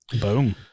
Boom